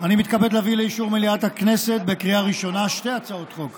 אני מתכבד להביא לאישור מליאת הכנסת בקריאה ראשונה שתי הצעות חוק: